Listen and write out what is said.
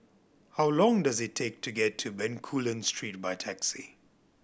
how long does it take to get to Bencoolen Street by taxi